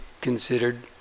considered